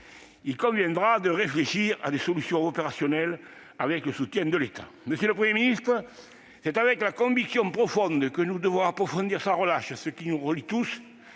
Il conviendra de réfléchir à des solutions opérationnelles, avec le soutien de l'État. Monsieur le Premier ministre, c'est avec la conviction profonde que nous devons approfondir sans relâche ce qui nous relie tous,